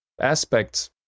aspects